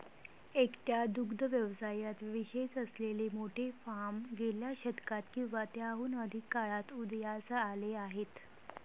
एकट्या दुग्ध व्यवसायात विशेष असलेले मोठे फार्म गेल्या शतकात किंवा त्याहून अधिक काळात उदयास आले आहेत